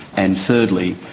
and thirdly,